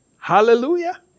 Hallelujah